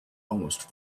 almost